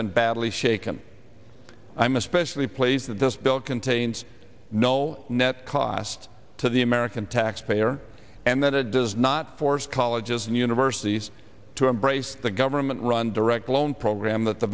been badly shaken i'm especially pleased that this bill contains no net cost to the american taxpayer and that it does not force colleges and universities to embrace the government run direct loan program that the